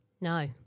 No